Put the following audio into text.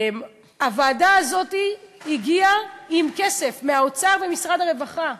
הוועדה הזאת הגיעה עם כסף מהאוצר ומשרד הרווחה.